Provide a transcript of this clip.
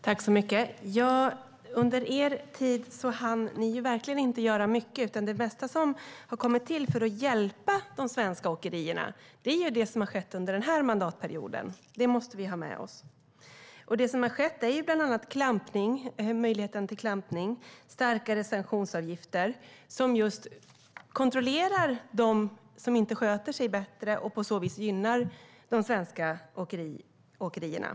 Herr talman! Under er tid hann ni verkligen inte göra mycket, Sten Bergheden. Det mesta som har kommit till för att hjälpa de svenska åkerierna är ju det som har skett under den här mandatperioden. Det måste vi ha med oss. Det som har skett är bland annat möjligheten till klampning och starkare sanktionsavgifter, vilket just kontrollerar dem som inte sköter sig bättre och på så vis gynnar de svenska åkerierna.